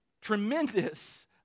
tremendous